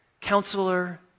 counselor